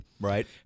Right